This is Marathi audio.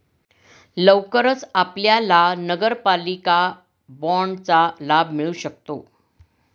लवकरच आपल्याला नगरपालिका बाँडचा लाभ मिळू शकतो